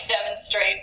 demonstrate